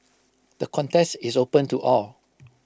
the contest is open to all